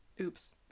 Oops